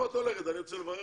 אני רוצה לברך